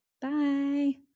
Bye